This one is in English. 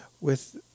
with